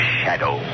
shadow